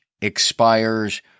expires